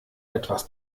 etwas